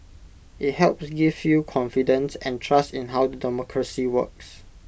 IT helps gives you confidence and trust in how the democracy works